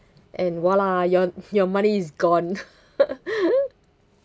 and your your money is gone